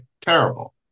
Terrible